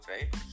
right